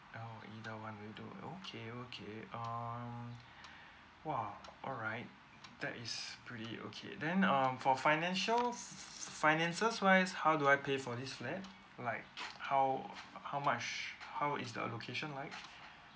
oh either one will do okay okay um !wah! alright that is pretty okay then um for financial f~ finances wise how do I pay for this flat like how how much how is the location like